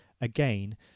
again